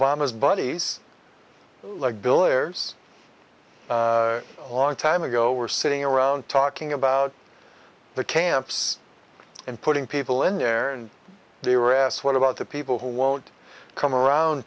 obama's buddies like bill ayers a long time ago were sitting around talking about the camps and putting people in there and they were asked what about the people who won't come around